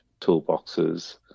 toolboxes